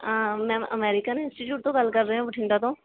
ma'am American institute ਤੋਂ ਗੱਲ ਕਰ ਰਹੇ ਹੋ ਬਠਿੰਡਾ ਤੋਂ